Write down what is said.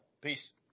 Peace